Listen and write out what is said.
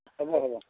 হ'ব হ'ব